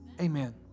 Amen